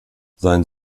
sein